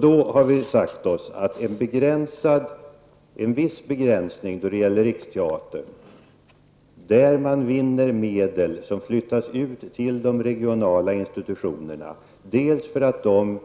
Då har vi sagt oss att en viss begränsning är befogad då det gäller Riksteatern, där man vinner medel som flyttas ut till de regionala institutionerna för att dessa